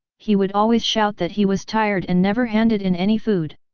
he would always shout that he was tired and never handed in any food.